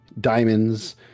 diamonds